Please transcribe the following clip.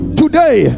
today